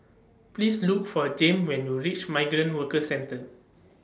Please Look For Jame when YOU REACH Migrant Workers Centre